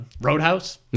Roadhouse